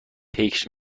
فکر